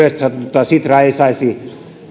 sanottuna sitraa ei saisi tai